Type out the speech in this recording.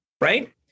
Right